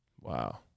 Wow